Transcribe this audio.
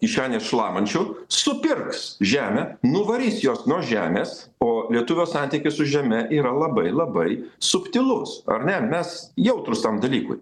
kišenės šlamančių supirks žemę nuvarys juos nuo žemės o lietuvio santykis su žeme yra labai labai subtilus ar ne mes jautrūs tam dalykui